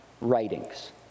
writings